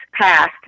passed